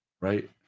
right